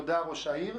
תודה, ראש העיר.